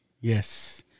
Yes